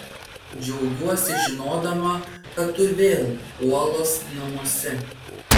džiaugiuosi žinodama kad tu vėl uolos namuose